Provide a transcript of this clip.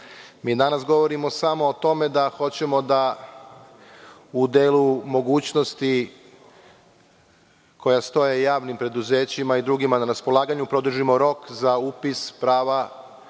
Danas govorimo samo o tome da hoćemo da u delu mogućnosti, koja stoje javnim preduzećima i drugima na raspolaganju, produžimo rok za upis prava